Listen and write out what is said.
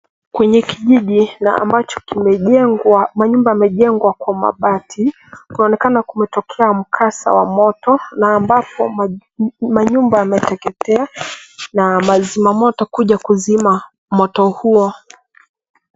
Kwenye kijiji na ambacho manyumba yamejengwa kwa mabati. Kunaonekana kumetokea mkasa wa moto na ambapo manyumba yameteketea na mazima moto kuja kuzima moto huo.